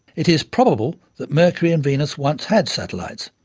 it is probable that mercury and venus once had satellites,